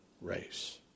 race